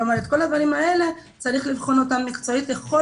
כלומר, את כל הדברים האלה צריך לבדוק מקצועית ככל